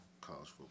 College